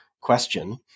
question